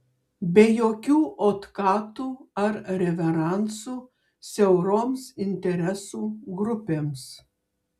be jokių otkatų ar reveransų siauroms interesų grupėms